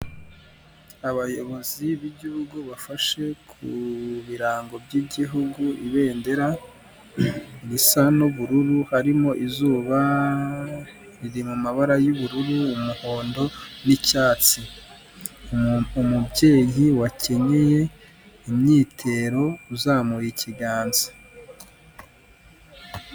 Abayobozi b'igihugu bafashe ku birango by'igihugu, ibendera risa n'ubururu harimo izuba, riri mu mabara y'ubururu, umuhondo n'icyatsi. Umubyeyi wacyenyeye imyitero uzamuye ikiganza.